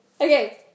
Okay